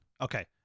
Okay